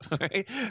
Right